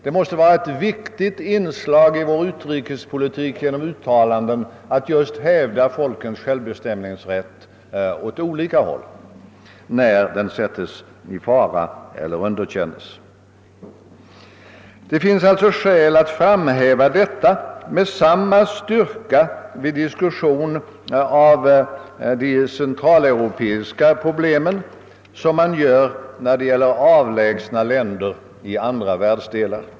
Det måste vara ett viktigt inslag i vår »utrikespolitik genom uttalanden» att just hävda folkens självbestämmanderätt åt olika håll när den sätts i fara eller underkänns. Det finns alltså skäl att framhäva detta med samma styrka vid diskussion av de centraleuropeiska problemen som man gör när det gäller avlägsna länder i andra världsdelar.